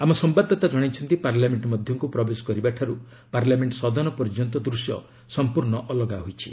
ଆମ ସମ୍ଭାଦଦାତା ଜଣାଇଛନ୍ତି ପାର୍ଲାମେଣ୍ଟ ମଧ୍ୟକୁ ପ୍ରବେଶ କରିବା ଠାରୁ ପାର୍ଲାମେଣ୍ଟ ସଦନ ପର୍ଯ୍ୟନ୍ତ ଦୂଶ୍ୟ ସମ୍ପର୍ଣ୍ଣ ଅଲଗା ହୋଇଛି